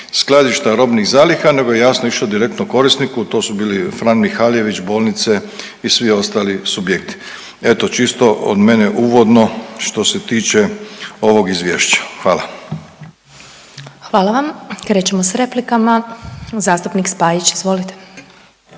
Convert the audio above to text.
skladišta robnih zaliha nego je jasno išao direktno korisniku, to su bili „Fran Mihaljević“, bolnice i svi ostali subjekti. Eto čisto od mene uvodno što se tiče ovog izvješća, hvala. **Glasovac, Sabina (SDP)** Hvala vam, krećemo s replikama, zastupnik Spajić izvolite.